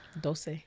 Dose